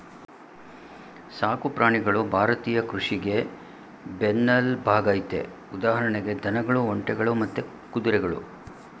ಸಾಕು ಪ್ರಾಣಿಗಳು ಭಾರತೀಯ ಕೃಷಿಗೆ ಬೆನ್ನೆಲ್ಬಾಗಯ್ತೆ ಉದಾಹರಣೆಗೆ ದನಗಳು ಒಂಟೆಗಳು ಮತ್ತೆ ಕುದುರೆಗಳು